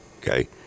okay